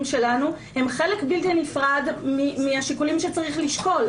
שלנו הם חלק בלתי נפרד מהשיקולים שצריך לשקול.